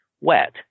wet